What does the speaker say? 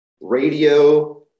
radio